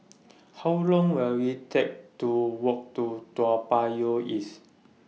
How Long Will IT Take to Walk to Toa Payoh East